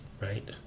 right